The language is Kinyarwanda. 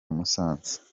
musanze